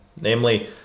Namely